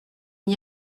n’y